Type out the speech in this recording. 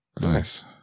Nice